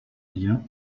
lien